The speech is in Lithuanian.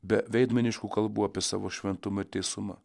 be veidmainiškų kalbų apie savo šventumą ir teisumą